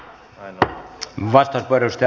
arvoisa herra puhemies